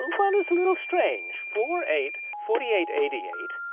well, it's a little strange. four, eight, forty eight, eighty eight,